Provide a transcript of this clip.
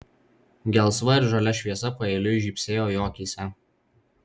gelsva ir žalia šviesa paeiliui žybsėjo jo akyse